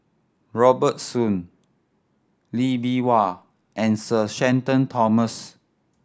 Robert Soon Lee Bee Wah and Sir Shenton Thomas